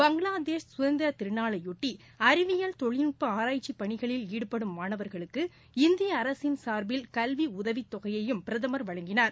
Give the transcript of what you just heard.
பங்களாதேஷ் சுதந்திர திருநாளையொட்டி அறிவியல் தொழில்நட்ப ஆராய்ச்சி பணிகளில் ஈடுபடும் மாணவர்களுக்கு இந்திய அரசின் சார்பில் கல்வி உதவித்தொகையையும் பிரதமர் வழங்கினார்